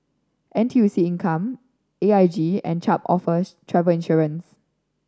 N T U C Income A I G and Chubb offer travel insurance